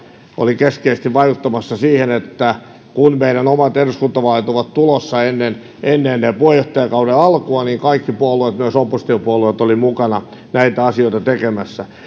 oli keskeisesti vaikuttamassa siihen että kun meidän omat eduskuntavaalimme ovat tulossa ennen ennen puheenjohtajakauden alkua niin kaikki puolueet myös oppositiopuolueet olivat mukana näitä asioita tekemässä